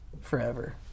forever